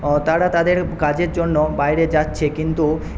ও তারা তাদের কাজের জন্য বাইরে যাচ্ছে কিন্তু